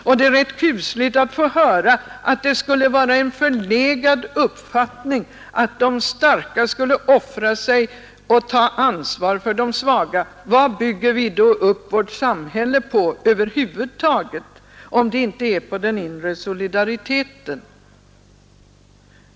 Och det är rätt kusligt att få höra att det skulle vara en förlegad uppfattning att de starka skulle offra sig och ta ansvar för de svaga. Vad bygger vi då upp vårt samhälle på över huvud taget, om det inte är på den inre solidariteten?